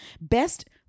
Best